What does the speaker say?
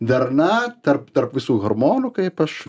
darna tarp tarp visų hormonų kaip aš